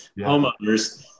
homeowners